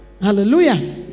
Hallelujah